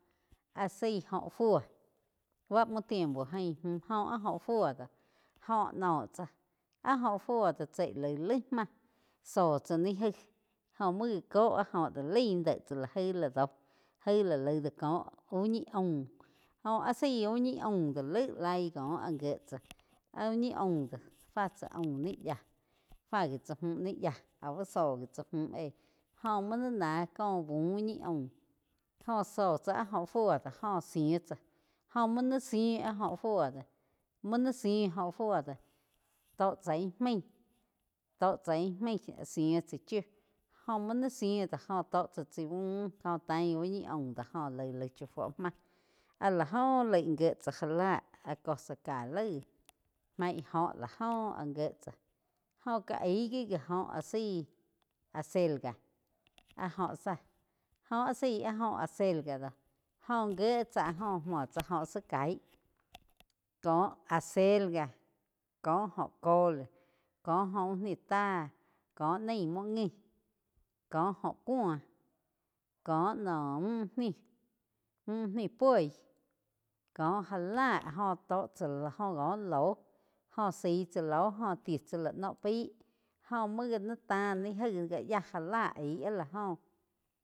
Áh zaí óh fuo bá muo tiempo jain múh jóh áh óh fúo doh jóh noh tsáh áh óho fúoo tsi laig-laig máh zóh tsá ni gaíg jó muo gá có áh óh do laí dé tsá jai la do laig dé tsáh. Úh ni aum jóh áh zaí úh ñi aum do laíg laí cóh áh gíe tsá áh úh ñi aum do fá tsá aum ni yáh fá gi táh múh ni yáh aú bá zóh gi tsá múh éh jóh múh ni náh có bú úh ñi aum jóh zóh tsá áh óh fuo do jo zííh tsá jóh múo naí zí áh óhh fuo doh múo náí zíí óh fuo doh tó chá íh maig, zííh tsá chiu jóh múo naí si do tó chá chai buh óh tain úh ñi aum do jó laig-laig chá fúo máh áh la joh laig gié tsá já láh cosa ká laig main óh la joh áh gíe tsá jóh ká aig gi ji óh áh zaí acelga áh óh zá óh áh zaí óh acelga do gó gíe tsá áh jo múo tsá óh zá kaig kó acelga kóh óh cole, kóh jóh úh ni táh kóh naig múo ngi kóh óh kúo kóh nóh múh niu poi kó já la áh go tó tsá la joh kó lóh. Jóh zaí tsá lóh jo ti tsá la noh pai jó muo ga ni tá ni gai gá yá gá lah aig la óh.